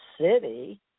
City